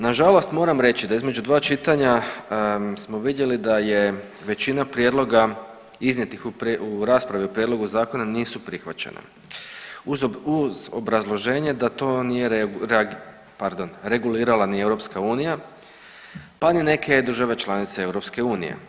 Nažalost moram reći da između dva čitanja smo vidjeli da je većina prijedloga iznijetih u raspravi o prijedlogu zakona nisu prihvaćena uz obrazloženje da to nije regulirala ni EU, pa ni neka države članice EU.